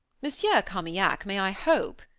monsieur carmaignac, may i hope,